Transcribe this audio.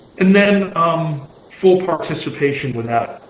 and then um full participation without